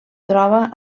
troba